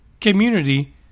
community